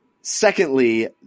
Secondly